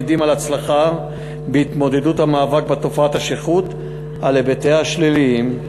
המעידים על הצלחה בהתמודדות במאבק בתופעת השכרות על היבטיה השליליים,